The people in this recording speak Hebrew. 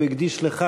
הוא הקדיש לכך,